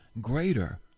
greater